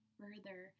further